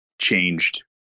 changed